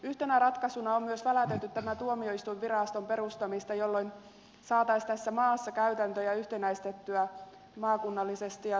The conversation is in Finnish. yhtenä ratkaisuna on myös väläytelty tämän tuomioistuinviraston perustamista jolloin saataisiin tässä maassa käytäntöjä yhtenäistettyä maakunnallisesti